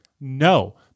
No